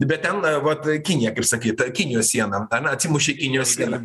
bet ten vat kinija kaip sakyta kinijos sieną ane atsimušė į kinijos sieną